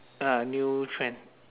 ah new trend